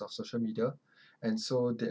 of social media and so they